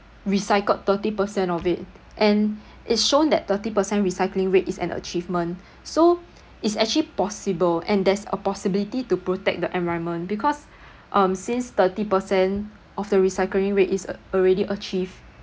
recycled thirty percent of it and it's shown that thirty percent recycling rate is an achievement so it's actually possible and that's a possibility to protect the environment because um since thirty percent of the recycling rate is already achieved